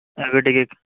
ଏବେ ଟିକେ